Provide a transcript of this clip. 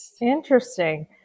Interesting